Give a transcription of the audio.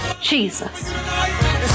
Jesus